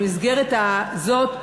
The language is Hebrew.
במסגרת הזאת,